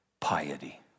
piety